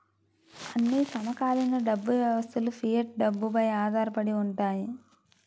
అన్ని సమకాలీన డబ్బు వ్యవస్థలుఫియట్ డబ్బుపై ఆధారపడి ఉంటాయి